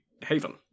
haven